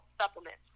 supplements